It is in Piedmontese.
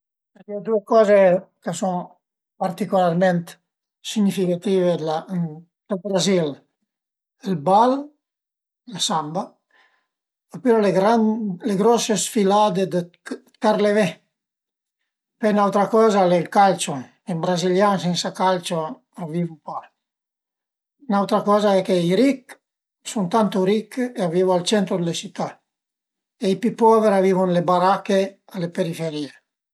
Al e facilissim: a basta pìé ün limun, 'na taiu via 'na fischia, lu spremu ënt ün bicer, düvertu ël rübinèt, fazu culé ën po d'acua nurmala, natürala ch'a sia ën po frësca e la bütu ënsema al limun e giuntiu gnanca dë süchèr